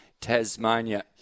Tasmania